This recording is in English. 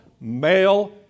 male